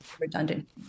Redundant